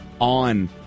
on